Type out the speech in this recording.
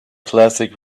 classic